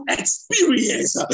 experience